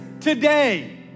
today